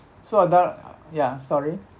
so the ya sorry